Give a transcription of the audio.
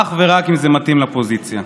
אך ורק אם זה מתאים לפוזיציה.